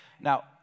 Now